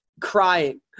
crying